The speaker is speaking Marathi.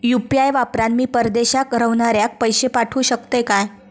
यू.पी.आय वापरान मी परदेशाक रव्हनाऱ्याक पैशे पाठवु शकतय काय?